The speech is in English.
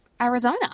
Arizona